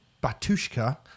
Batushka